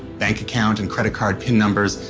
bank account and credit card pin numbers,